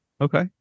Okay